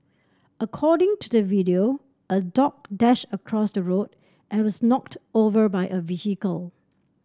according to the video a dog dashed across the road and was knocked over by a vehicle